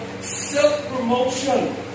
self-promotion